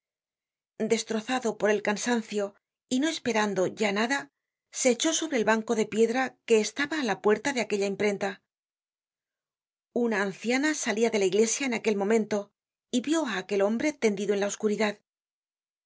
destrozado por el cansancio y no esperando ya nada se echó sobre el banco de piedra que estaba á la puerta de aquella imprenta una anciana salia de la iglesia en aquel momento y vió á aquel hombre tendido en la oscuridad